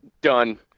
Done